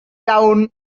town